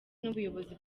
n’ubuyobozi